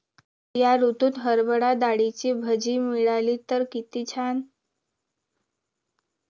या ऋतूत हरभरा डाळीची भजी मिळाली तर कित्ती छान